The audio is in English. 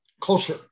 culture